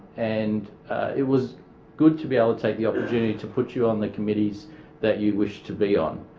and it was good to be able to take the opportunity to put you on the committees that you wished to be on.